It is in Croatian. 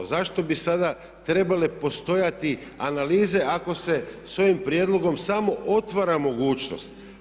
Zašto bi sada trebale postojati analize ako se s ovim prijedlogom samo otvara mogućnost.